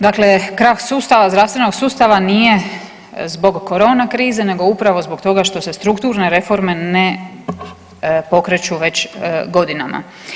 Dakle, krah sustava, zdravstvenog sustava nije zbog korona krize nego upravo zbog toga što se strukturne reforme ne pokreću već godinama.